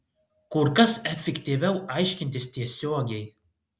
kur kas efektyviau aiškintis tiesiogiai